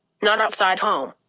not outside home.